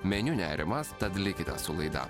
meniu nerimas tad likite su laida